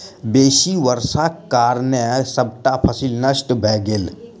बेसी वर्षाक कारणें सबटा फसिल नष्ट भ गेल